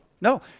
No